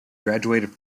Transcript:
graduated